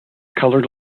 coloured